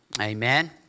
Amen